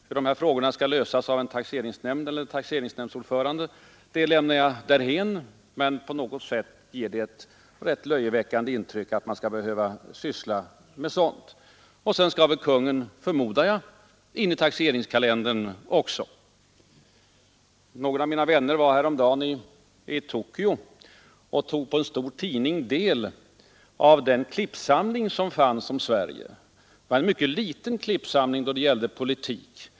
Hur de frågorna skall lösas av en taxeringsnämnd eller en taxeringsnämndsordförande lämnar jag därhän, men på något sätt ger det ett rätt löjeväckande intryck att man skall behöva syssla med sådant. Och sedan skall väl kungen, förmodar jag, in i taxeringskalendern också. En av mina vänner var häromdagen i Tokyo och fick där på en stor tidning studera den klippsamling man hade om Sverige. Det var en mycket liten klippsamling då det gällde politik.